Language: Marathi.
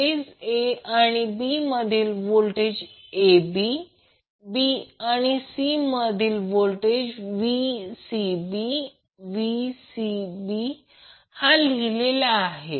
फेज a आणि b मधील व्होल्टेज Vab b आणि c मधील व्होल्टेज Vcb Vcb हा लिहिलेला आहे